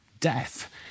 Death